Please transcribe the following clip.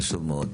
חשוב מאוד.